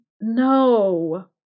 no